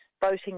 voting